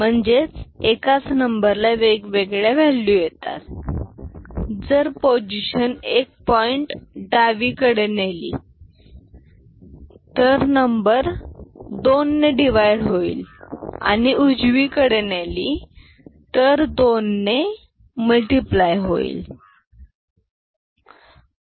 म्हणजेच एकाच नंबर ला वेगवेगळ्या व्हॅल्यू येतात जर पोझिशन एक पॉईंट डावीकडे नेली तर नंबर 2 ने डीवाईड होईल आणि उजवीकडे नेली तर 2 ने होईल